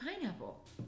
pineapple